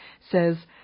says